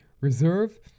reserve